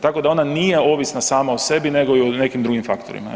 Tako da ona nije ovisna sama o sebi nego i o nekim drugim faktorima.